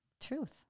Truth